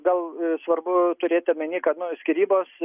gal svarbu turėti omeny kad nu skyrybos